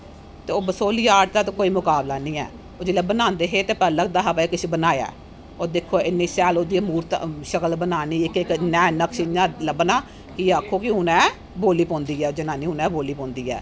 ओह् बसोली आर्ट दा कोई मुकावला नेई ऐ ओह जिसले बनांदे है पहले लगदा हा कि किश बनाया ऐ ओह् दिक्खो इन्नी शैल ओहदी मूर्त शकल बनानी इक इक नैन नक्श इयां लब्भना कि आक्खो कि हूने बोल्ली पौंदी ऐ जनानी हुने बोल्ली पौंदी ऐ